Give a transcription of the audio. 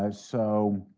um so,